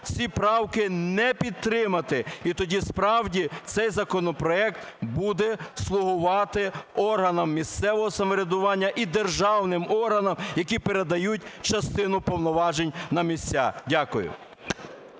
ці правки не підтримати, і тоді справді цей законопроект буде слугувати органам місцевого самоврядування і державним органам, які передають частину повноважень на місця. Дякую.